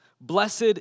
Blessed